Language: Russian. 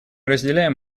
разделяем